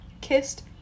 kissed